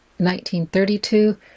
1932